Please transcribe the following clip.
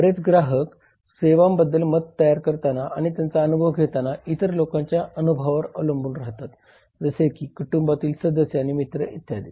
बरेच ग्राहक सेवांबद्दल मत तयार करताना आणि त्यांचा अनुभव घेताना इतर लोकांच्या अनुभवावर अवलंबून राहतात जसे की कुटुंबातील सदस्य आणि मित्र इत्यादी